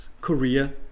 Korea